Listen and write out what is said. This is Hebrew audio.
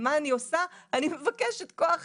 אני מבקשת כוח אדם,